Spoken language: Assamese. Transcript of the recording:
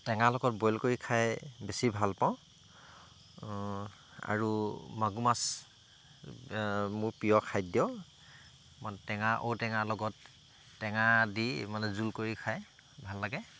টেঙা লগত বইল কৰি খাই বেছি ভাল পাওঁ আৰু মাগুৰ মাছ মোৰ প্ৰিয় খাদ্য মই টেঙা ঔটেঙা লগত টেঙা দি মানে জোল কৰি খাই ভাল লাগে